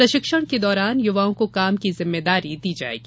प्रशिक्षण के दौरान युवाओं को काम की जिम्मेदारी दी जायेगी